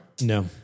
No